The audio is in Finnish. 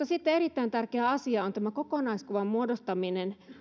sitten erittäin tärkeä asia on kokonaiskuvan muodostaminen